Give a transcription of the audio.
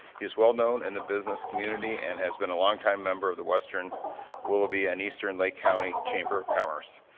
he is well-known in and the business community, and has been a longtime member of the western willoughby and eastern lake county chamber of commerce.